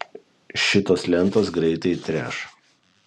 šitos lentos greitai treš